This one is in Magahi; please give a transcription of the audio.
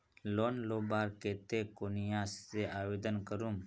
लोन लुबार केते कुनियाँ से आवेदन करूम?